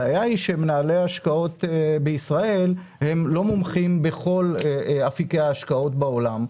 הבעיה היא שמנהלי ההשקעות בישראל הם לא מומחים בכל אפיקי ההשקעות בעולם,